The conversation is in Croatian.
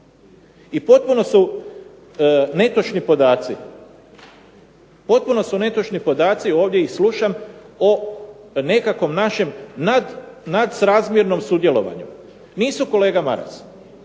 im pomoći u instruktorima. I potpuno su netočni podaci, ovdje ih slušam, o nekakvom našem nadsrazmjernom sudjelovanju. Nisu, kolega Maras.